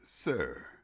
sir